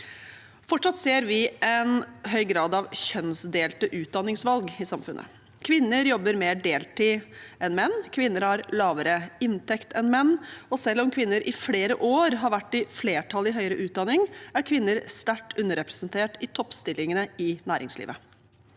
Fortsatt ser vi en høy grad av kjønnsdelte utdanningsvalg i samfunnet. Kvinner jobber mer deltid enn menn, kvinner har lavere inntekt enn menn, og selv om kvinner i flere år har vært i flertall i høyere utdanning, er kvinner sterkt underrepresentert i toppstillingene i næringslivet.